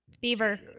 beaver